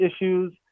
issues